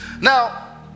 now